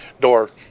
Door